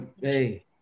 Hey